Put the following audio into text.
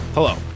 Hello